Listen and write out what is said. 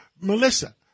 Melissa